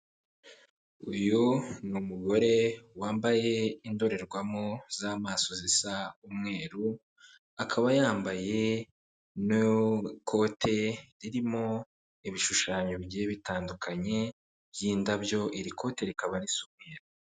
Uyu ni umugore wambaye indorerwamo z'amaso zisa umweru, akaba yambaye n'ikote ririmo ibishushanyo bigiye bitandukanye by'indabyo, iri kote rikaba risa umweru.